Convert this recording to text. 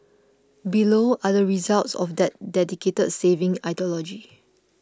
below are the results of that dedicated saving ideology